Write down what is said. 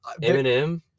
Eminem